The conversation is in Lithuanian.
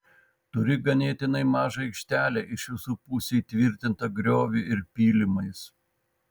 turi ganėtinai mažą aikštelę iš visų pusių įtvirtintą grioviu ir pylimais